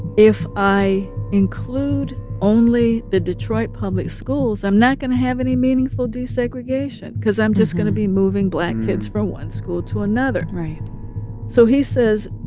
if i include only the detroit public schools, i'm not going to have any meaningful desegregation because i'm just going to be moving black kids from one school to another right so he says,